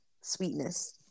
sweetness